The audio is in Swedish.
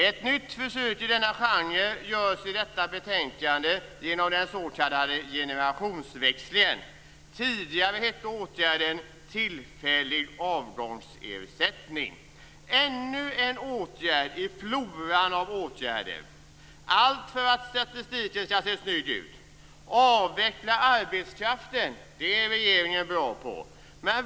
Ett nytt försök i denna genre görs i detta betänkande genom den s.k. generationsväxlingen. Tidigare hette åtgärden tillfällig avgångsersättning. Detta är ännu en åtgärd i floran av åtgärder för att statistiken skall se snygg ut. Att avveckla arbetskraften är regeringen bra på.